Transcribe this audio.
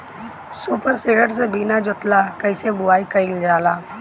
Super seeder से बीना जोतले कईसे बुआई कयिल जाला?